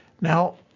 Now